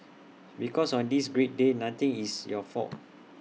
because on this great day nothing is your fault